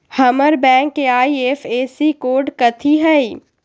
हमर बैंक के IFSC code कथि हई?